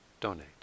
donate